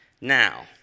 now